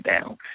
down